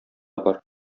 бар